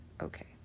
Okay